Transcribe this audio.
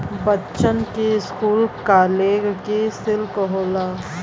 बच्चन की school college की सिल्क होला